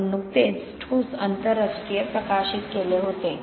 आपण नुकतेच ठोस आंतरराष्ट्रीय प्रकाशित केले होते